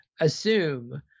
assume